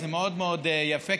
זה מאוד מאוד יפה,